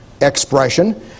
expression